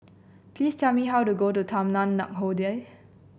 please tell me how to get to Taman Nakhoda